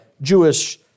Jewish